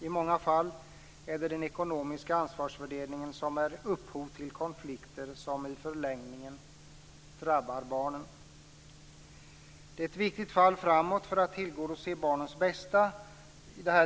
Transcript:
I många fall är den ekonomiska ansvarsfördelningen upphov till konflikter som i förlängningen drabbar barnen. Det här tillkännagivandet är ett viktigt fall framåt för att tillgodose barnens bästa.